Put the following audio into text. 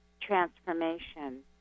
transformation